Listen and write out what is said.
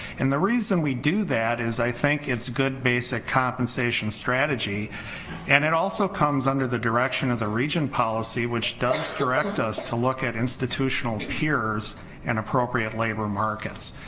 and the reason we do that is i think it's good basic compensation strategy and it also comes under the direction of the regent policy which does direct us to look at institutional peers and appropriate labor markets,